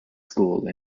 school